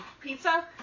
Pizza